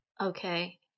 okay